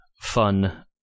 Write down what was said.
fun